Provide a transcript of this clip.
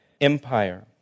empire